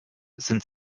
sind